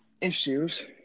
issues